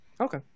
Okay